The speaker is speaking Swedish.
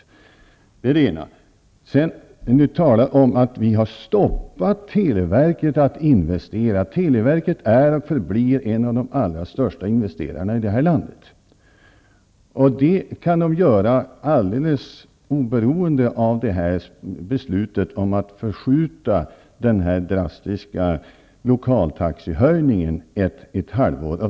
Arbetsmarknadsministern talar om att vi har stoppat televerkets investering. Televerket är och förblir en av de allra största investerarna i landet. Televerket kan fortsätta att investera alldeles oberoende av beslutet om att förskjuta den drastiska lokaltaxehöjningen ett halvår.